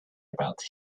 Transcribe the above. about